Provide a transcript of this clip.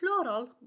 plural